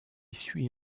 suit